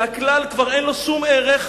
והכלל, כבר אין לו שום ערך.